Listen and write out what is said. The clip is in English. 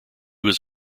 was